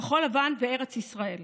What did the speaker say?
כחול לבן וארץ ישראל,